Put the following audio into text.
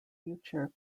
future